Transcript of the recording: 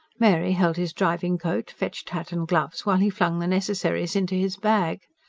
mary held his driving-coat, fetched hat and gloves, while he flung the necessaries into his bag.